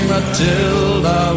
Matilda